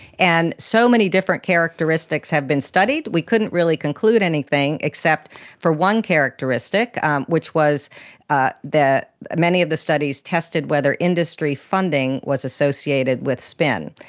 and so many different characteristics have been studied. we couldn't really conclude anything except for one characteristic um which was ah that many of the studies tested whether industry funding was associated with spin.